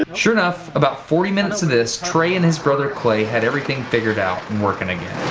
ah sure enough, about forty minutes of this, trey and his brother clay had everything figured out and working